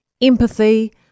empathy